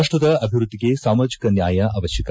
ರಾಷ್ಟದ ಅಭಿವೃದ್ಧಿಗೆ ಸಾಮಾಜಿಕ ನ್ಯಾಯ ಅವತ್ತಕ